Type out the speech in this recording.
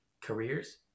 careers